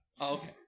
Okay